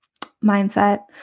mindset